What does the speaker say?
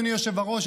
אדוני היושב-ראש,